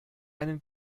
einen